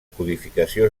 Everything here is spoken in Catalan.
codificació